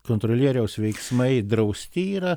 kontrolieriaus veiksmai drausti yra